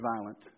violent